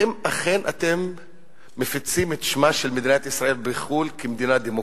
אכן אתם מפיצים את שמה של מדינת ישראל בחוץ-לארץ כמדינה דמוקרטית,